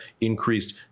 increased